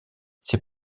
ses